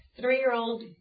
three-year-old